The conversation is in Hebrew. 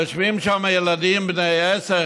יושבים שם ילדים בני 10,